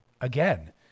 Again